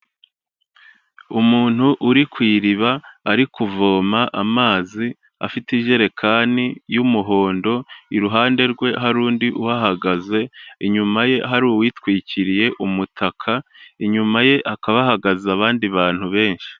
Umuntu uri ku iriba ari kuvoma amazi, afite iyerekani y'umuhondo, iruhande rwe hari undi uhagaze, inyuma ye hari uwitwikiriye umutaka, inyuma ye hakaba hahagaze abandi bantu benshi.